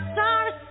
sorry